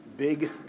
big